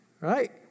right